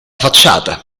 facciata